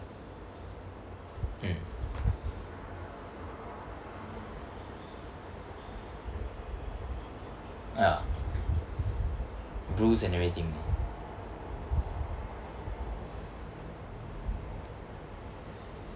mm ya bruise and everything ah